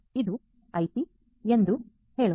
ಆದ್ದರಿಂದ ಇದು ಒಟಿ ಎಂದು ಹೇಳೋಣ